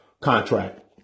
contract